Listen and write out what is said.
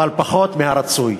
אבל פחות מהרצוי,